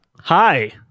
Hi